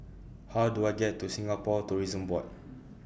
How Do I get to Singapore Tourism Board